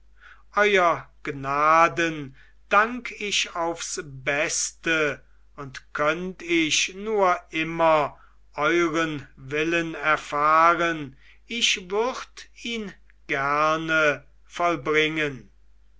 euer gnaden dank ich aufs beste und könnt ich nur immer euren willen erfahren ich würd ihn gerne vollbringen